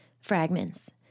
fragments